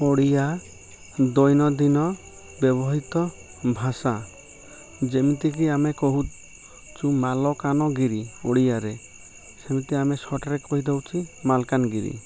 ଓଡ଼ିଆ ଦୈନନ୍ଦିନ ବ୍ୟବହୃତ ଭାଷା ଯେମିତିକି ଆମେ କହୁଛୁ ମାଲକାନଗିରି ଓଡ଼ିଆରେ ସେମିତି ଆମେ ସର୍ଟରେ କହିଦେଉଛୁ ମାଲକାନଗିରି